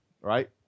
right